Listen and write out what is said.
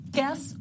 guess